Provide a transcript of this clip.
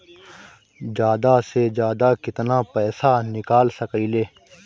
जादा से जादा कितना पैसा निकाल सकईले?